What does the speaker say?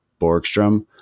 Borgstrom